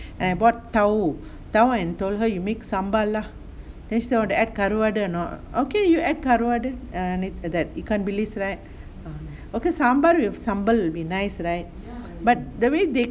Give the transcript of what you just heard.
and I bought tauhu and told her you make sambar lah then she ask wanna add karuvadu or not okay you add karuvadu that ikan bilis like that cause sambar with sambar will be nice right but the way they